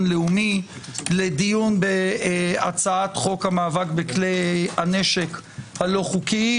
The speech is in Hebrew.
לאומי לדיון בהצעת חוק המאבק בכלי הנשק הלא חוקיים,